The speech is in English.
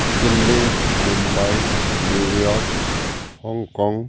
Delhi Mumbai New York Hong Kong